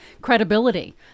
credibility